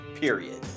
period